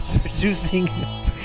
producing